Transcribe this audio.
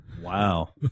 Wow